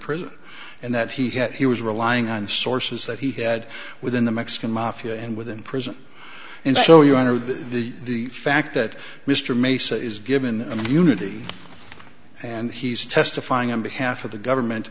prison and that he had he was relying on sources that he had within the mexican mafia and within prison and so your honor the the fact that mr mason is given immunity and he's testifying on behalf of the government